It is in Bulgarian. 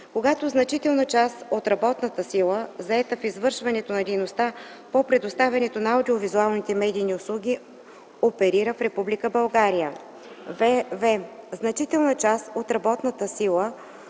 когато значителна част от работната сила, заета в извършването на дейността по предоставяне на аудиовизуалните медийни услуги оперира в Република България; вв) значителна част от работната сила,